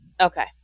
Okay